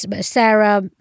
Sarah